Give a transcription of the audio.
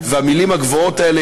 והמילים הגבוהות האלה,